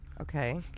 Okay